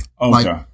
Okay